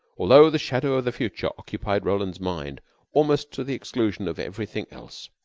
altho the shadow of the future occupied roland's mind almost to the exclusion of everything else,